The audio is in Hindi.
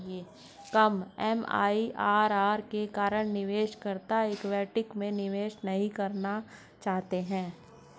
कम एम.आई.आर.आर के कारण निवेशकर्ता इक्विटी में निवेश नहीं करना चाहते हैं